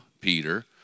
Peter